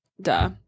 duh